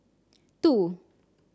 two